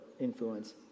influence